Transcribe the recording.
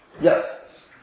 Yes